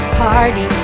party